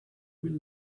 will